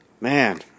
Man